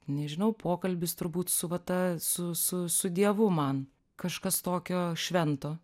nežinau pokalbis turbūt su va ta su su su dievu man kažkas tokio švento